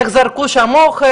איך זרקו שם אוכל,